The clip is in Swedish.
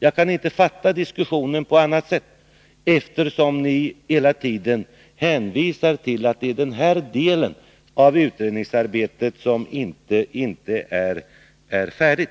Jag kan inte fatta diskussionen på annat sätt, eftersom ni hela tiden hänvisar till att det är den här delen av utredningsarbetet som inte är färdig.